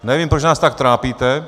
Nevím, proč nás tak trápíte.